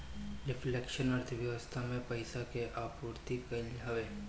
reflection अर्थव्यवस्था में पईसा के आपूर्ति कईल हवे